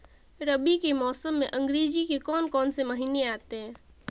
रबी के मौसम में अंग्रेज़ी के कौन कौनसे महीने आते हैं?